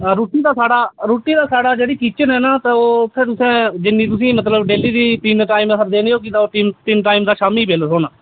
रुट्टी दा साढ़ा रुट्टी दा साढ़ा जेह्ड़ी किचन ऐ ना ओह् जिन्नी तुसेंगी डेली दा तिन टाईम डेली दी तीन टाईम दा शामीं बिल थ्होना